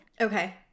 Okay